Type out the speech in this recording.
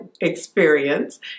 experience